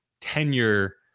tenure